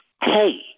hey